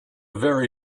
very